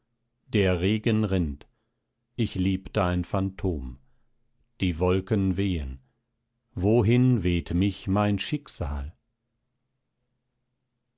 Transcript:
der regen rinnt ich liebte ein phantom die wolken wehen wohin weht mich mein schicksal